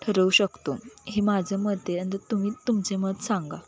ठरवू शकतो हे माझं मत आहे अंद तुम्ही तुमचे मत सांगा